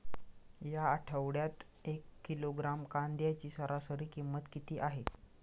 या आठवड्यात एक किलोग्रॅम कांद्याची सरासरी किंमत किती आहे?